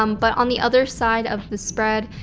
um but on the other side of the spread,